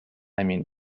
mean